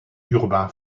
urbain